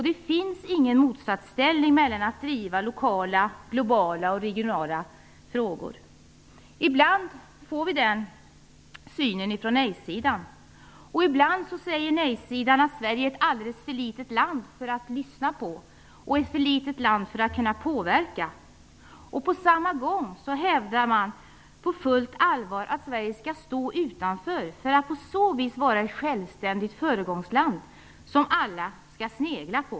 Det finns ingen motsatsställning mellan att bedriva lokala, globala och regionala frågor. Ibland ger nej-sidan uttryck för den synen. Ibland säger nej-sidan att Sverige är ett alldeles för litet land för att någon skulle lyssna på oss. Man säger också att landet är för litet för att kunna påverka. På samma gång hävdar man på fullt allvar att Sverige skall stå utanför för att på så vis vara ett självständigt föregångsland som alla skall snegla på.